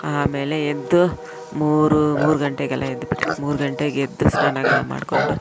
ಆಮೇಲೆ ಎದ್ದು ಮೂರು ಮೂರು ಗಂಟೆಗೆಲ್ಲ ಎದ್ಬಿಟ್ಟೆ ಮೂರು ಗಂಟೆಗೆದ್ದು ಸ್ನಾನ ಗೀನ ಮಾಡಿಕೊಂಡು